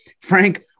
Frank